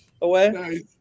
away